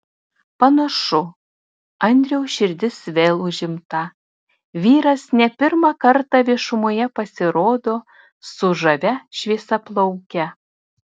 panašu andriaus širdis vėl užimta vyras ne pirmą kartą viešumoje pasirodo su žavia šviesiaplauke